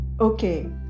Okay